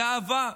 באהבה.